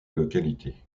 localité